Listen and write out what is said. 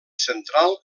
central